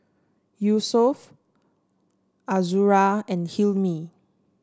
Yusuf Azura and Hilmi